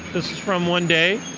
this is from one day,